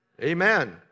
Amen